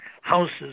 houses